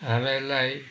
हामीलाई